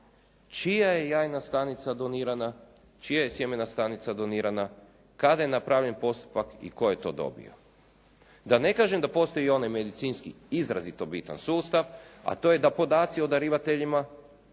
čija je jajna stanica donirana, čija je sjemena stanica donirana, kada je napravljen postupak i tko je to dobio? Da ne kažem da postoji i onaj medicinski izrazito bitan sustav, a to je da podaci o darivateljima